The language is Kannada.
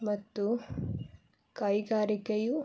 ಮತ್ತು ಕೈಗಾರಿಕೆಯು